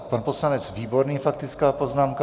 Pan poslanec Výborný, faktická poznámka.